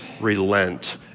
relent